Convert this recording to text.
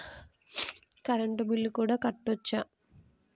Current bill కూడా కట్టొచ్చా?